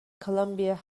columbia